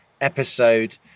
episode